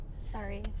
Sorry